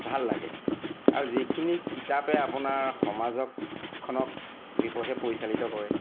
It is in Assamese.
ভাল লাগে আৰু যিখিনি কিতাপে আপোনাৰ সমাজক খনক বিপথে পৰিচালিত কৰে